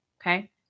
okay